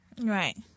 Right